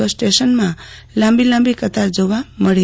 બસ સ્ટેશનમાં લાંબી લાંબી કતારો જોવા મળી છે